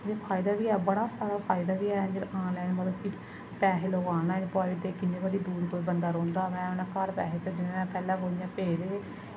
एहदे फायदा बी ऐ बड़ा सारा फायदा बी ऐ जेह्ड़ा आनलाइन मतलब कि पैहे लोक आनलाइन पोआई ओड़दे किन्ने धोड़ी दूर बंदा रौंह्दा होऐ उ'नें घर पैहें भेजने होन पैह्लें